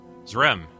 Zrem